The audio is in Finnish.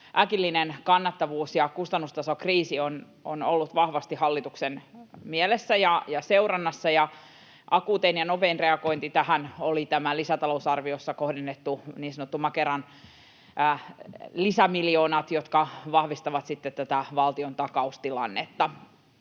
äkillinen kannattavuus- ja kustannustasokriisi on ollut vahvasti hallituksen mielessä ja seurannassa. Akuutein ja nopein reagointi tähän olivat lisätalousarviossa kohdennetut niin sanotut Makeran lisämiljoonat, jotka vahvistavat sitten tätä valtiontakaustilannetta.